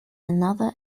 another